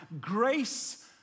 grace